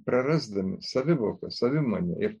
prarasdami savivoką savimonę ir